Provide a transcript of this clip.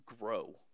grow